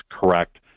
correct